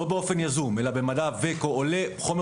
לא באופן יזום אלא במידה ועולה חומר